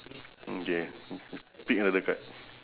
mm K pick another card